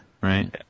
right